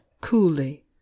coolly